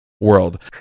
world